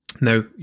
Now